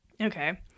Okay